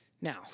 Now